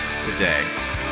today